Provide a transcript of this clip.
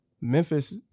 Memphis